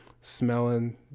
smelling